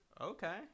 Okay